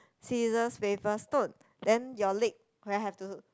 scissors paper stone then your leg will have to